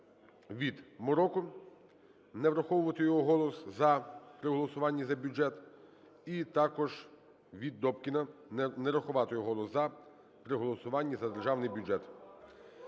від Мороко – не враховувати його голос "за" при голосуванні за бюджет, і також відДобкіна – не рахувати його голос "за" при голосуванні за Державний бюджет.